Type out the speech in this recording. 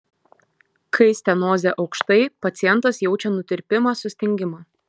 kai stenozė aukštai pacientas jaučia nutirpimą sustingimą